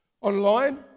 Online